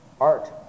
art